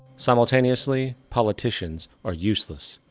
simultaneously, politicians are useless.